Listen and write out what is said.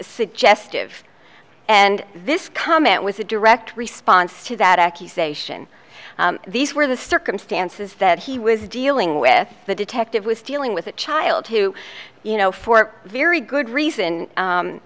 suggestive and this comment was a direct response to that accusation these were the circumstances that he was dealing with the detective was dealing with a child who you know for very good reason